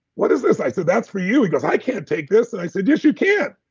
what is this? i said, that's for you. he goes, i can't take this, and i said, yes you can.